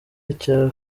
icya